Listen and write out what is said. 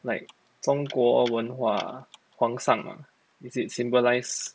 like 中国文化皇上 ah is it symbolize